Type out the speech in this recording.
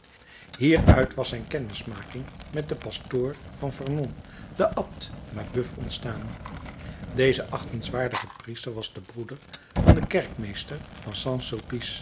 hieruit was zijn kennismaking met den pastoor van vernon den abt mabeuf ontstaan deze achtenswaardige priester was de broeder van den kerkmeester van